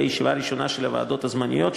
הישיבה הראשונה של הוועדות הזמניות,